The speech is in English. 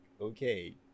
okay